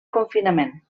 confinament